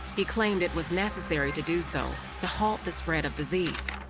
he claimed it was necessary to do so to halt the spread of disease.